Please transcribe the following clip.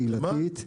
קהילתית.